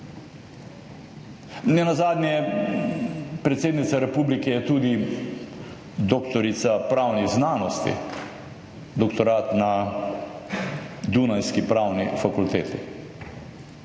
Nenazadnje predsednica republike je tudi doktorica pravnih znanosti, doktorat na dunajski pravni fakulteti.